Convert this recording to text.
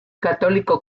católico